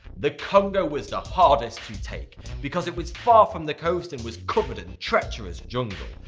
the congo was the hardest to take because it was far from the coast and was covered in treacherous jungle.